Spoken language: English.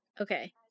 Okay